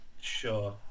Sure